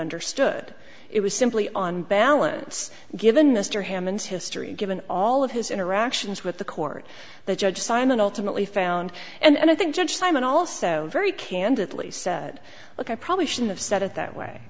understood it was simply on balance given mr hammond's history given all of his interactions with the court the judge simon ultimately found and i think judge simon also very candidly said look i probably shouldn't have said it that way